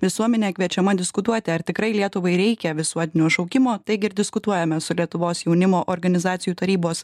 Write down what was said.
visuomenė kviečiama diskutuoti ar tikrai lietuvai reikia visuotinio šaukimo taigi ir diskutuojame su lietuvos jaunimo organizacijų tarybos